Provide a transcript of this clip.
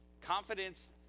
Confidence